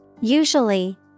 Usually